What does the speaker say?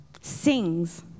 sings